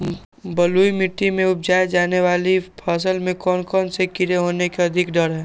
बलुई मिट्टी में उपजाय जाने वाली फसल में कौन कौन से कीड़े होने के अधिक डर हैं?